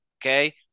Okay